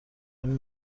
این